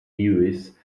lewis